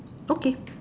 okay